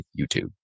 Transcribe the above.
YouTube